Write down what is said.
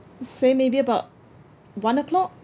say maybe about one o'clock